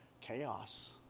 chaos